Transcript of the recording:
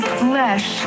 flesh